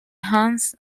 hans